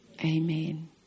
Amen